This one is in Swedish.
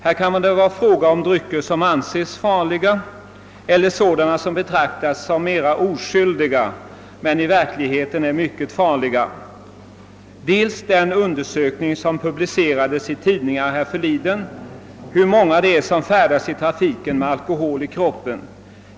Det kan vara fråga om drycker som allmänt anses farliga men även om sådana som betraktas som oskyldiga men egentligen är mycket farliga. Ett annat skäl till min fråga är den undersökning som publicerades i tidningarna härförleden beträffande hur många som färdas i trafiken med alkohol i kroppen.